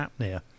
apnea